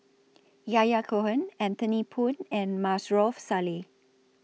Yahya Cohen Anthony Poon and Maarof Salleh